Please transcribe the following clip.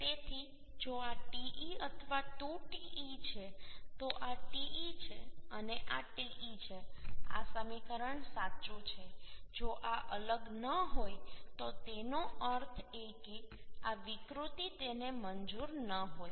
તેથી જો આ Te અથવા 2Te છે તો આ Te છે અને આ Te છે આ સમીકરણ સાચું છે જો આ અલગ ન હોય તો તેનો અર્થ એ કે આ વિકૃતિ તેને મંજૂર ન હોય